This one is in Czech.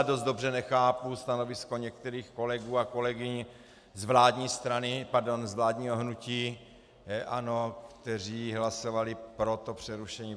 Dost dobře nechápu stanovisko některých kolegů a kolegyň z vládní strany, pardon, z vládního hnutí ANO, kteří hlasovali pro to přerušení.